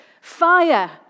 Fire